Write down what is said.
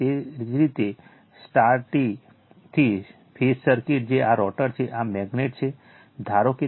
તેવી જ રીતે Yt થ્રી ફેઝ સર્કિટ જે આ રોટર છે આ મેગ્નેટ છે ધારો કે તે ફરે છે